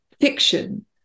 fiction